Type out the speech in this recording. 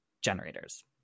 generators